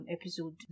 episode